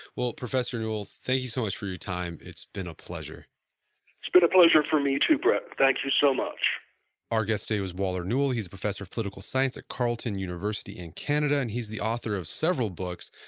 well professor, thank so you you so much for your time. it's been a pleasure it's been a pleasure for me too brett, thank you so much our guest today was waller newell. he's a professor of political science at carleton university in canada, and he's the author of several books.